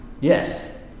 Yes